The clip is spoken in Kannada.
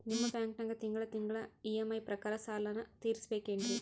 ನಿಮ್ಮ ಬ್ಯಾಂಕನಾಗ ತಿಂಗಳ ತಿಂಗಳ ಇ.ಎಂ.ಐ ಪ್ರಕಾರನ ಸಾಲ ತೀರಿಸಬೇಕೆನ್ರೀ?